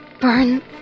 Burn